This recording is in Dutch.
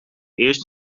eerst